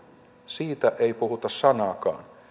siitä ei puhuta sanaakaan